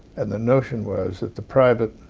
and the notion was that the private